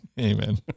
Amen